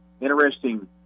interesting